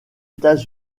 états